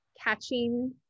catching